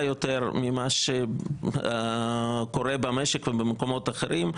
יותר ממה שקורה במשק ובמקומות אחרים,